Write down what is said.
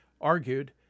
argued